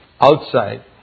outside